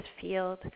field